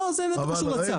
לא זה קשור לצו.